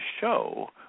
show